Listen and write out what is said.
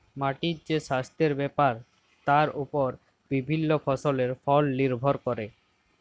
মাটির যে সাস্থের ব্যাপার তার ওপর বিভিল্য ফসলের ফল লির্ভর ক্যরে